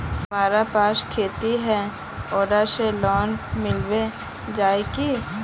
हमरा पास खेती है ओकरा से लोन मिलबे जाए की?